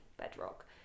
bedrock